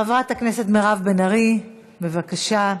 חברת הכנסת מירב בן ארי, בבקשה.